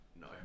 No